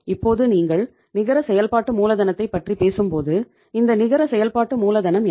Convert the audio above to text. இப்போது நீங்கள் நிகர செயல்பாட்டு மூலதனத்தைப் பற்றி பேசும்போது இந்த நிகர செயல்பாட்டு மூலதனம் என்ன